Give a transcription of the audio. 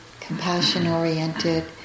compassion-oriented